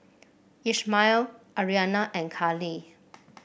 Ishmael Arianna and Callie